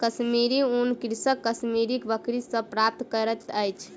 कश्मीरी ऊन कृषक कश्मीरी बकरी सॅ प्राप्त करैत अछि